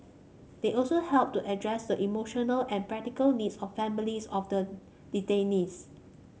they also helped to address the emotional and practical needs of families of the detainees